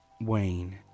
Wayne